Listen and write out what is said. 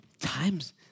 times